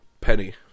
Penny